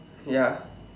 ya